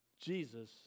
Jesus